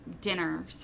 dinner